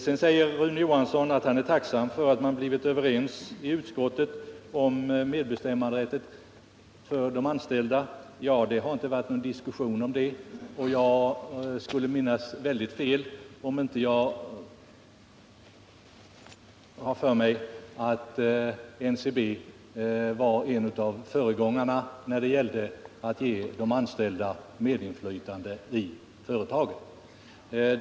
Sedan säger Rune Johansson att han är tacksam för att man i utskottet blivit överens i fråga om medbestämmanderätten för de anställda. Det har inte varit någon diskussion om den saken. Jag skulle minnas mycket fel om inte NCB var en av föregångarna när det gällde att ge de anställda medinflytande i företaget.